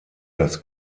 das